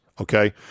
okay